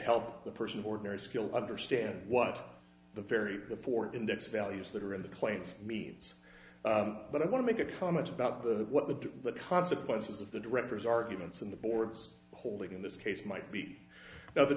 help the person ordinary skills understand what the very poor index values that are in the claims means but i want to make a comment about the what the consequences of the directors arguments in the board's holding in this case might be now the